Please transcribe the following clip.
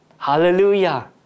Hallelujah